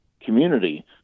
community